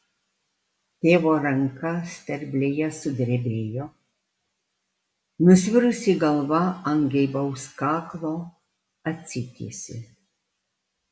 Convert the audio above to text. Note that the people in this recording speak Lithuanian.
tėvo ranka sterblėje sudrebėjo nusvirusi galva ant geibaus kaklo atsitiesė